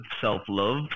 self-love